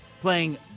playing